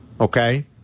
Okay